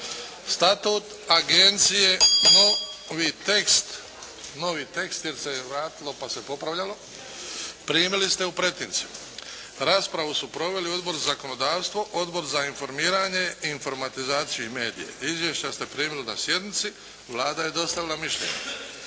vratilo pa se popravljalo, primili ste u pretince. Raspravu su proveli Odbor za zakonodavstvo, Odbor za informiranje, informatizaciju i medije. Izvješća ste primili na sjednici. Vlada je dostavila mišljenje.